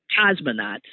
cosmonauts